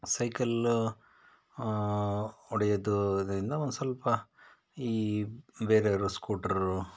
cycle ಹೊಡೆಯುವುದ್ರಿಂದ ಒಂದು ಸ್ವಲ್ಪ ಈ ಬೇರೆಯವ್ರ ಸ್ಕೂಟ್ರ್